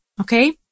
Okay